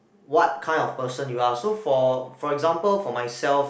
what kind of person you are so for for example for myself